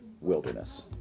Wilderness